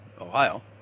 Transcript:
Ohio